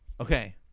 Okay